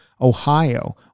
Ohio